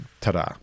Ta-da